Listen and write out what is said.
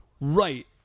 Right